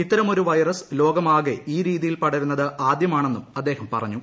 ഇത്തരമൊരു വൈറസ് ലോകമാകെ ഈ രീതിയിൽ പടരുന്നത് ആദ്യമാണെന്നും അദ്ദേഹം പറഞ്ഞു